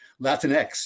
Latinx